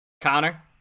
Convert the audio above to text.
Connor